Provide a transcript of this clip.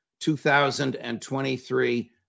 2023